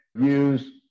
use